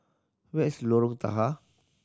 where is Lorong Tahar